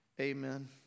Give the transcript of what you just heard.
Amen